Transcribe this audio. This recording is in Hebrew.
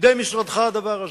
בידי משרדך הדבר הזה,